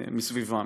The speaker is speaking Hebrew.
מסביבם.